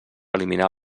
eliminar